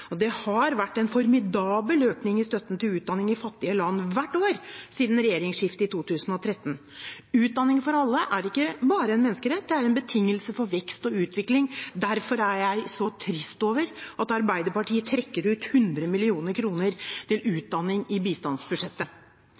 konflikt. Det har vært en formidabel økning i støtten til utdanning i fattige land hvert år siden regjeringsskiftet i 2013. Utdanning for alle er ikke bare en menneskerett, det er en betingelse for vekst og utvikling. Derfor blir jeg så trist av at Arbeiderpartiet trekker ut 100 mill. kr til utdanning i bistandsbudsjettet.